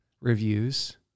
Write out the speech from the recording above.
reviews